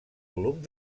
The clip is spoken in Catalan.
volum